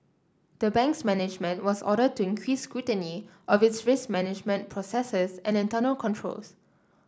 the bank's management was ordered to increase scrutiny of its risk management processes and internal controls